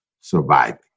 surviving